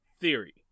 theory